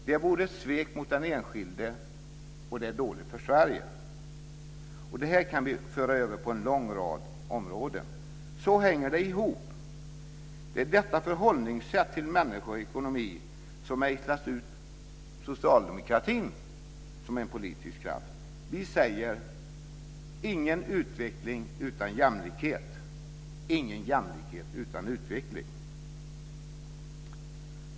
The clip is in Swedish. Det vore ett svek mot den enskilde och det är dåligt för Sverige, och detta kan vi föra över på en lång rad områden. Så hänger det ihop. Det är detta förhållningssätt till människor och ekonomi som av socialdemokratin ses som en politisk kraft. Vi säger: Ingen utveckling utan jämlikhet, ingen jämlikhet utan utveckling.